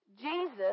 Jesus